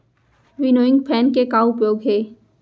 Winnowing fan के का उपयोग हे?